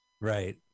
Right